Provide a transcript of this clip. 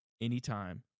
anytime